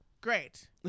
great